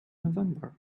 november